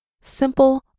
simple